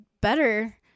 better